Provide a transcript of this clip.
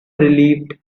relieved